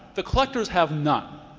the collectors have none.